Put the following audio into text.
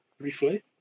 briefly